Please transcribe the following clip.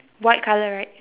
white colour right